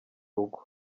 rugo